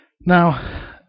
Now